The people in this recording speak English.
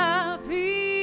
Happy